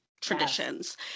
traditions